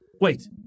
Wait